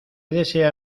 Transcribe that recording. desea